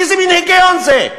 איזה מין היגיון זה?